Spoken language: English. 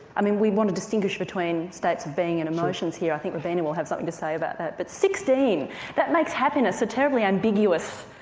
i mean we want to distinguish between states of being and emotions here i think robina will have something to say about that but sixteen that makes happiness a terribly ambiguous